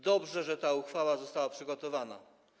Dobrze, że ta uchwała została przygotowana.